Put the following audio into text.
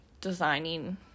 designing